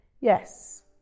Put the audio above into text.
Yes